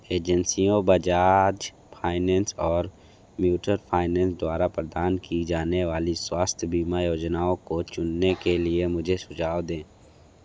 एजेंसियों बजाज फाइनेंस और म्यूटर फाइनेंस द्वारा प्रदान की जाने वाली स्वास्थ्य बीमा योजनाओं को चुनने के लिए मुझे सुझाव दें